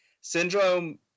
Syndrome